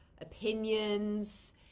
opinions